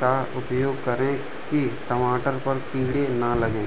का उपयोग करें कि टमाटर पर कीड़े न लगें?